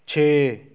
ਛੇ